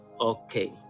okay